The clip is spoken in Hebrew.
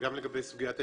וגם לגבי סוגית האיגודים.